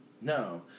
No